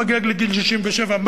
הוא הגיע לגיל 67 ומה?